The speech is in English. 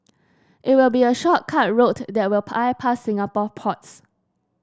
it will be a shortcut route that will bypass Singapore ports